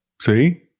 See